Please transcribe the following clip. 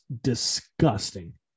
disgusting